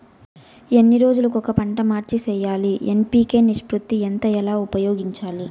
ఎన్ని రోజులు కొక పంట మార్చి సేయాలి ఎన్.పి.కె నిష్పత్తి ఎంత ఎలా ఉపయోగించాలి?